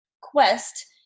quest